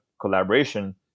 collaboration